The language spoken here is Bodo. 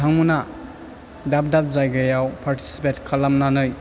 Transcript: बिथांमोना दाब दाब जायगायाव पारटिसिपेथ खालामनानै